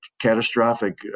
catastrophic